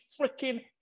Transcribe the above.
freaking